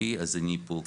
אז אני פה.